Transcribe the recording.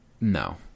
No